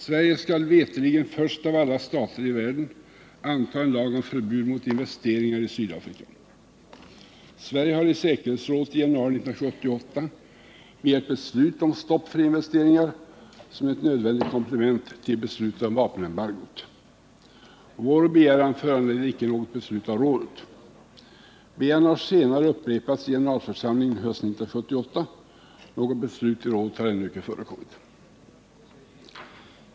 Sverige skall veterligen först av alla stater i världen anta en lag om förbud mot investeringar i Sydafrika. Sverige har i säkerhetsrådet i januari 1978 begärt beslut om stopp för investeringar som ett nödvändigt komplement till beslutet om vapenembargot. Vår begäran föranledde icke något beslut av rådet. Vår begäran har senare upprepats i generalförsamlingen hösten 1978. Något beslut i rådet har ännu icke förekommit.